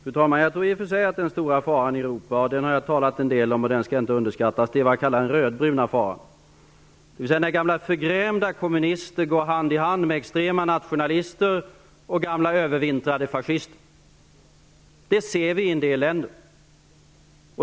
Fru talman! Jag tror i och för sig att den stora faran i Europa är vad jag kallar den rödbruna faran. Den har jag talat en del om, och den skall inte underskattas. Det är när gamla förgrämda kommunister går hand i hand med extrema nationalister och gamla övervintrade fascister. Det ser vi i en del länder.